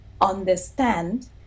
understand